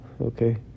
okay